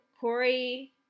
Corey